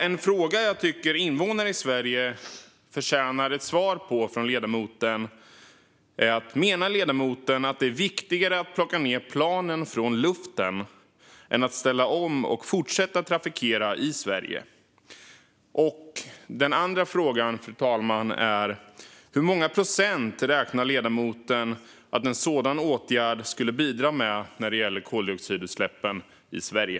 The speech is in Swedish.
En fråga jag tycker att invånare i Sverige förtjänar svar på från ledamoten är om ledamoten menar att det är viktigare att plocka ned planen från luften än att ställa om och fortsätta trafiken i Sverige. En andra fråga, fru talman, är hur många procent ledamoten räknar med att en sådan åtgärd skulle bidra med när det gäller koldioxidutsläppen i Sverige.